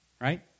Right